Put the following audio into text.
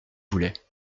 voulais